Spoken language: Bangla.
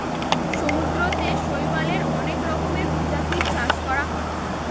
সমুদ্রতে শৈবালের অনেক রকমের প্রজাতির চাষ করা হয়